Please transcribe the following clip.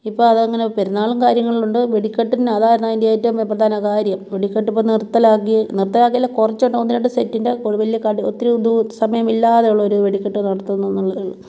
ഇപ്പം അതങ്ങനെ പെരുന്നാളും കാര്യങ്ങളും ഉണ്ട് വെടിക്കെട്ടിന് അതാണ് അതിൻ്റെ ഏറ്റോം പ്രധാനകാര്യം വെടിക്കെട്ട് ഇപ്പം നിർത്തലാക്കി നിർത്തലാക്കിയതല്ല കുറെച്ചെണ്ണം ഒന്ന് രണ്ട് എണ്ണം സെറ്റിൻ്റെ വലിയ കട് ഒത്തിരി സമയമില്ലാതെ ഉള്ള ഒരു വെടിക്കെട്ട് നടത്തുന്നത് എന്നുള്ളത്